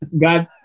God